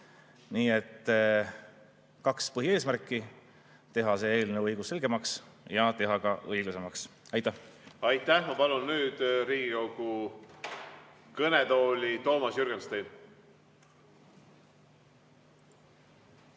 Nii et kaks põhieesmärki: teha see eelnõu õigusselgemaks ja teha ka õiglasemaks. Aitäh! Aitäh! Ma palun nüüd Riigikogu kõnetooli Toomas Jürgensteini.